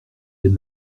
elle